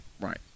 Right